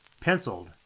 Penciled